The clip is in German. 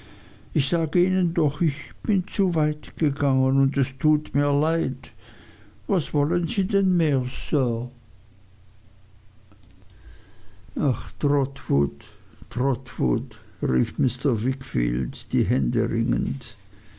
ich sag ihnen doch ich bin zu weit gegangen und es tut mir leid was wollen sie denn mehr sir ach trotwood trotwood rief mr wickfield die hände ringend